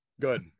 Good